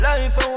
Life